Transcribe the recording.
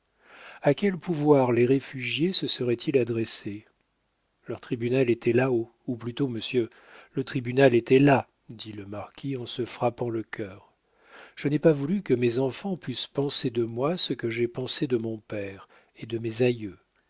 a quel pouvoir les réfugiés se seraient-ils adressés leur tribunal était là-haut ou plutôt monsieur le tribunal était là dit le marquis en se frappant le cœur je n'ai pas voulu que mes enfants pussent penser de moi ce que j'ai pensé de mon père et de mes aïeux